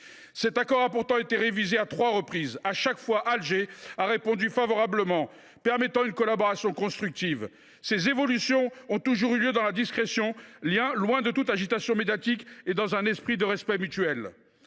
Cet accord a pourtant été révisé à trois reprises : chaque fois, Alger a répondu favorablement, permettant une collaboration constructive. Ces évolutions ont toujours eu lieu dans la discrétion, loin de toute agitation médiatique, et dans un esprit de respect mutuel.